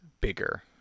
bigger